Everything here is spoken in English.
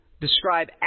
Describe